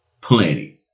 plenty